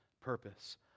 purpose